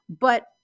But-